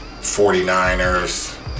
49ers